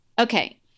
Okay